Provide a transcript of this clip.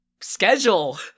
schedule